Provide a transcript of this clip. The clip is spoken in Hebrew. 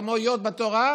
כמו יו"ד בתורה,